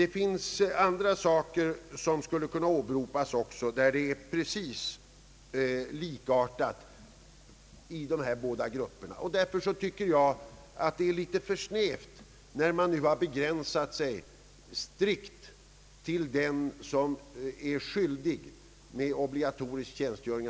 Det finns även andra områden som skulle kunna åberopas, där precis likartade förhållanden råder för dessa båda grupper. Därför anser jag att det är en litet för snäv begränsning att försäkringsskyddet strikt skall gälla endast för den som är skyldig fullgöra obligatorisk militärtjänstgöring.